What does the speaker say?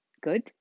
good